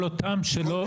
כל אותם שלא זכאים.